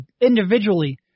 individually